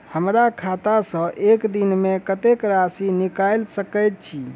हमरा खाता सऽ एक दिन मे कतेक राशि निकाइल सकै छी